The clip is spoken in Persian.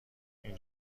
این